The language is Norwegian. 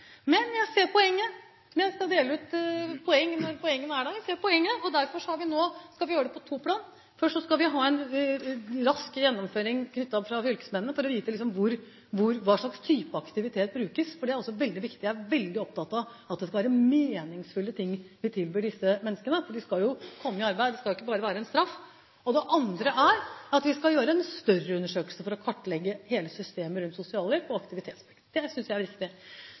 Men jeg ser poenget, og jeg skal dele ut poeng når poengene er der. Jeg ser poenget, og derfor skal vi nå gjøre det på to plan. Først skal vi ha en rask gjennomgang med fylkesmennene for å vite hva slags type aktivitet som brukes, for det er også veldig viktig. Jeg er veldig opptatt av at det skal være meningsfullt, det vi tilbyr disse menneskene. De skal jo komme i arbeid, det skal ikke bare være en straff. Det andre er at vi skal gjøre en større undersøkelse for å kartlegge hele systemet rundt sosialhjelp og aktivitetsplikt. Det synes jeg er viktig.